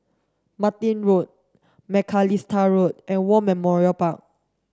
Martin Road Macalister Road and War Memorial Park